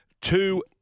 Two